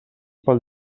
pel